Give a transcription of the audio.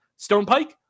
Stonepike